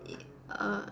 i~ err